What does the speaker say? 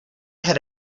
had